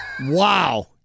Wow